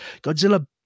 Godzilla